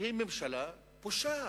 היא ממשלה פושעת.